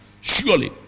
Surely